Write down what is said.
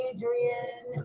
Adrian